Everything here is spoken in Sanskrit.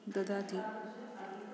ददाति